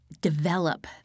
develop